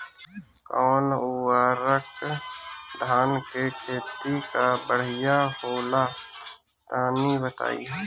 कौन उर्वरक धान के खेती ला बढ़िया होला तनी बताई?